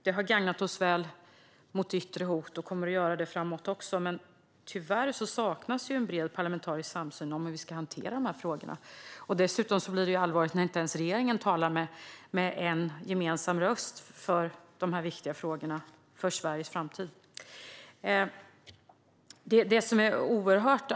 Det har tjänat oss väl mot yttre hot och kommer att göra det även framöver, men tyvärr saknas en bred parlamentarisk samsyn om hur vi ska hantera dessa frågor. Dessutom blir det allvarligt när inte ens regeringen talar med en gemensam röst i dessa för Sveriges framtid viktiga frågor.